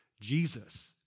Jesus